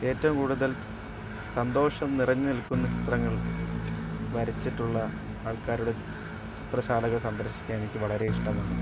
ഏറ്റവും കൂടുതൽ സന്തോഷം നിറഞ്ഞുനിൽക്കുന്ന ചിത്രങ്ങൾ വരച്ചിട്ടുള്ള ആൾക്കാരുടെ ചിത്രശാലകൾ സന്ദർശിക്കാൻ എനിക്ക് വളരെ ഇഷ്ടമാണ്